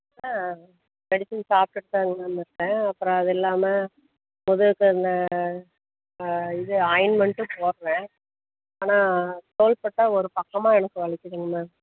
ஆ medicine சாப்பிட்டுட்டு தாங்க ma'am இருக்கேன் அப்புறம் அது இல்லாமல் முதுகுக்கு அந்த இது ஆயின்மெண்ட்டும் போடுறேன் ஆனால் தோள்பட்டை ஒரு பக்கமாக எனக்கு வலிக்குதுங்க மேம்